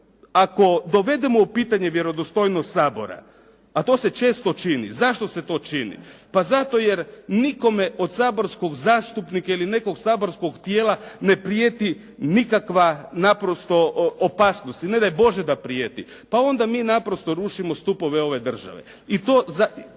Ako dovedemo u pitanje vjerodostojnost Sabora a to se često čini, zašto se to čini. Pa zato jer nikome od saborskog zastupnika ili nekog saborskog tijela ne prijeti nikakva naprosto opasnost i ne daj Bože da prijeti, pa onda mi naprosto rušimo stupove ove države i političke